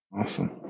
Awesome